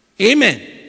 Amen